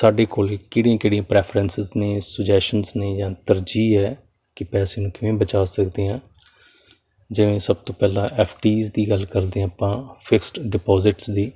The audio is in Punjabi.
ਸਾਡੇ ਕੋਲ ਕਿਹੜੀਆਂ ਕਿਹੜੀਆਂ ਪ੍ਰੈਫਰੈਂਸਸ ਨੇ ਸਜੈਸ਼ਨ ਨੇ ਜਾਂ ਤਰਜੀਹ ਹੈ ਕਿ ਪੈਸੇ ਨੂੰ ਕਿਵੇਂ ਬਚਾ ਸਕਦੇ ਹਾਂ ਜਿਵੇਂ ਸਭ ਤੋਂ ਪਹਿਲਾਂ ਐਫ ਡੀਜ ਦੀ ਗੱਲ ਕਰਦੇ ਹਾਂ ਆਪਾਂ ਫਿਕਸ ਡਿਪੋਜਿਟਸ ਦੀ